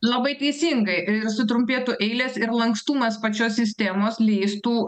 labai teisingai sutrumpėtų eilės ir lankstumas pačios sistemos leistų